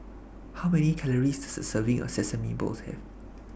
How Many Calories Does A Serving of Sesame Balls Have